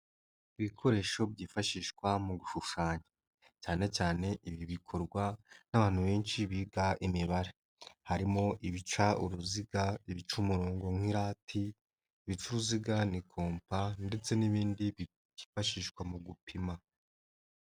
Ibikoresho byifashishwa mu gushushanya. Cyane cyane ibi bikorwa n'abantu benshi biga Imibare. Harimo ibica uruziga, ibica umurongo nk'irati, ibica uruziga, ni kompa ndetse n'ibindi byifashishwa mu gupima.